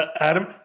Adam